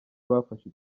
bafashe